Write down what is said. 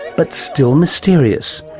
but still mysterious.